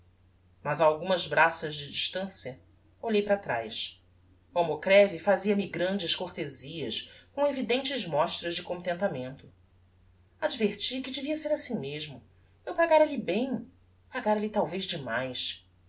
mas a algumas braças de distancia olhei para traz o almocreve fazia-me grandes cortezias com evidentes mostras de contentamento adverti que devia ser assim mesmo eu pagara lhe bem pagara lhe talvez de mais